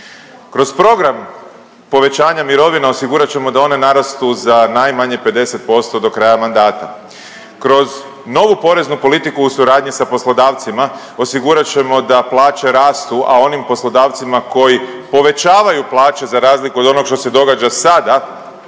Kroz program povećanja mirovina osigurat ćemo da one narastu za najmanje 50% do kraja mandata, kroz novu poreznu politiku u suradnji sa poslodavcima, osigurat ćemo da plaće rastu, a onim poslodavcima koji povećavaju plaće za razliku od onog što se događa sada,